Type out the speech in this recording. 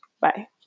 Bye